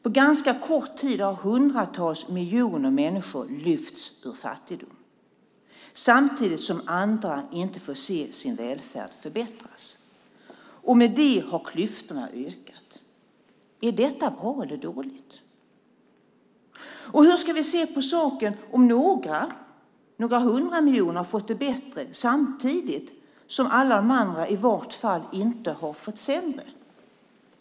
På ganska kort tid har hundratals miljoner människor lyfts ur fattigdom samtidigt som andra inte får se sin välfärd förbättras. Med det har klyftorna ökat. Är det bra eller dåligt? Och hur ska vi se på saken om några hundra miljoner har fått det bättre samtidigt som alla de andra i vart fall inte fått det sämre?